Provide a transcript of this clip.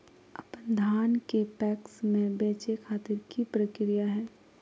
अपन धान के पैक्स मैं बेचे खातिर की प्रक्रिया हय?